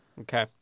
okay